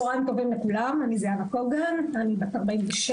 צהריים טובים לכולם, אני זהבה קוגן, אני בת 46,